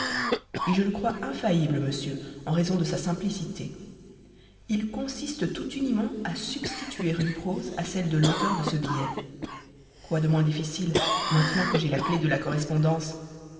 et je le crois infaillible monsieur en raison de sa simplicité il consiste tout uniment à substituer une prose à celle de l'auteur de ce billet quoi de moins difficile maintenant que j'ai la clef de la correspondance